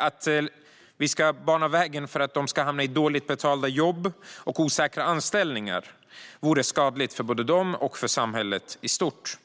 Att bana väg för att de ska hamna i dåligt betalda jobb och i osäkra anställningar vore skadligt för både dem och samhället i stort.